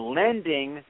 lending